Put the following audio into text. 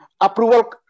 approval